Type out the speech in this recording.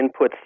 inputs